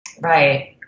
Right